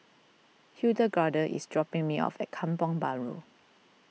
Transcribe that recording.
Hildegarde is dropping me off at Kampong Bahru